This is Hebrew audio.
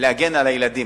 להגן על הילדים.